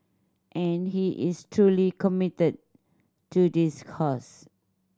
and he is truly committed to this cause